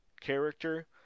character